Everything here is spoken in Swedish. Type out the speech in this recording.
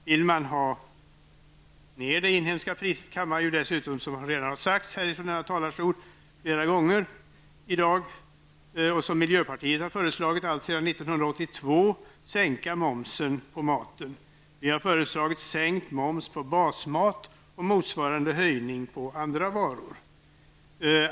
Vill man ha ned det inhemska priset, kan man -- som redan sagts flera gånger här i dag och som miljöpartiet har föreslagit allt sedan 1982 -- sänka momsen på maten. Vi har föreslagit sänkt moms på basmat och motsvarande höjning av andra varor.